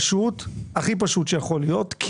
הכי פשוט שיכול להיות.